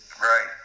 Right